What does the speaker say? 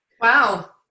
Wow